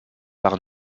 par